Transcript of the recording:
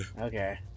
Okay